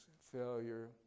failure